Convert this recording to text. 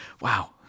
Wow